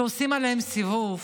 שעושים עליהם סיבוב